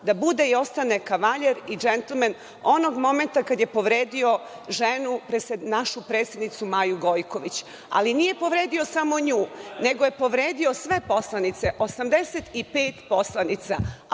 da bude i ostane kavaljer i džentlmen, onog momenta kada je povredio ženu, našu predsednicu Maju Gojković. Ali, nije povredio samo nju, nego je povredio sve poslanice, 85 poslanica,